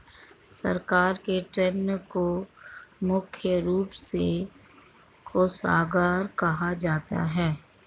सरकार के ऋण को मुख्य रूप से कोषागार कहा जाता है